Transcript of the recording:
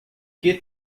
que